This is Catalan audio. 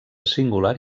singular